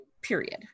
period